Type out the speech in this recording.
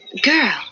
girl